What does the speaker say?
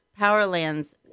Powerlands